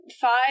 five